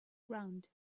ground